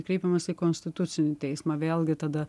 kreipiamasi į konstitucinį teismą vėlgi tada